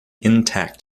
intact